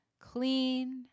clean